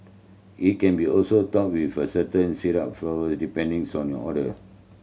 it can be also topped with a certain syrup depending on your order